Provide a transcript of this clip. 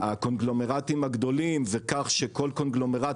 הקונגלומרטים הגדולים וכך שכל קונגלומרט